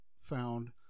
found